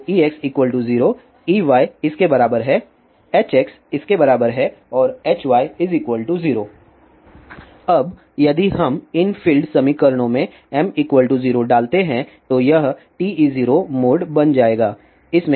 तो Ex 0 Ey इसके बराबर है Hx इसके बराबर है और Hy 0 अब यदि हम इन फ़ील्ड समीकरणों में m 0 डालते हैं तो यह TE 0 मोड बन जाएगा